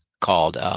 called –